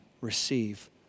receive